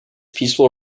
peaceful